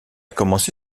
commencé